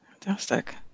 Fantastic